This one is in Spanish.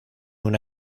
una